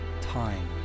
time